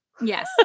Yes